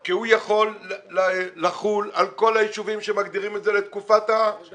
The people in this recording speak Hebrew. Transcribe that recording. כי היא יכולה לחול על כל הישובים שמגדירים את זה לתקופה בה מדובר